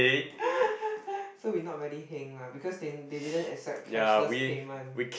so we not very heng lah because they they didn't accept cashless payment